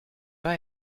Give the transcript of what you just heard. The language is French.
pas